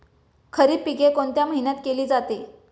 खरीप पिके कोणत्या महिन्यात केली जाते?